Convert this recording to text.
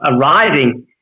arriving